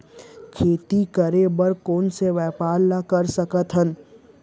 खेती करे बर कोन से व्यापार ला कर सकथन?